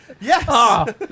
Yes